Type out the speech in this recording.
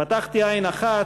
פתחתי עין אחת,